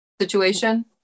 situation